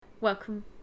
Welcome